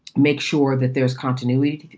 make sure that there's continuity,